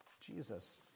Jesus